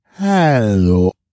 hello